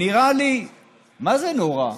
זה נראה לי מה זה נורא.